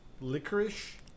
licorice